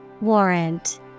Warrant